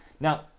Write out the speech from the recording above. Now